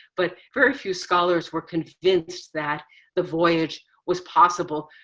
but very few scholars were convinced that the voyage was possible.